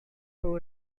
jauh